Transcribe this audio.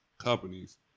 companies